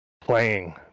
playing